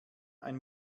ein